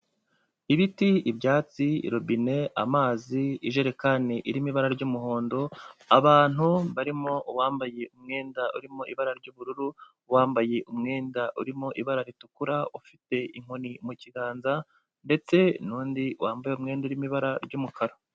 Ibiti, ibyatsi, robine, amazi, ijerekani iriimo ibara ry'umuhondo, abantu barimo uwambaye umwenda urimo ibara ry'ubururu, uwambaye umwenda urimo ibara ritukura ufite inkoni mu kiganza, ndetse n'undi wambaye umwenda urimo ibara ry'umukara.